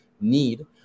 need